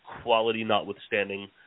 quality-notwithstanding